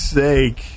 sake